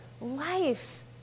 life